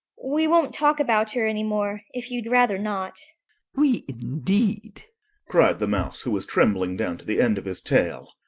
we won't talk about her any more if you'd rather not we indeed cried the mouse, who was trembling down to the end of his tail.